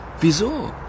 Wieso